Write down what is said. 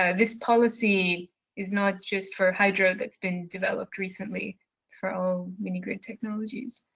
ah this policy is not just for hydro that's been developed recently. it's for all mini-grid technologies.